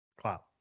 clap